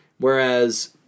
Whereas